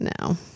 No